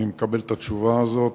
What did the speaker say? אני מקבל את התשובה הזאת,